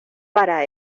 para